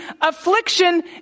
affliction